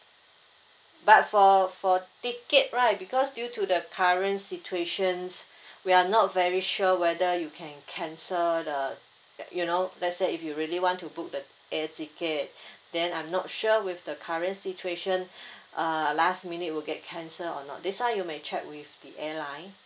but for for ticket right because due to the current situations we are not very sure whether you can cancel the you know let's say if you really want to book the air ticket then I'm not sure with the current situation uh last minute will get cancel or not this [one] you may check with the airline